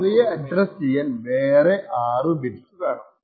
അവയെ അഡ്രസ്സ് ചെയ്യാൻ വേറെ 6 ബിറ്റ്സ് വേണം